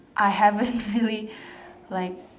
I haven't really like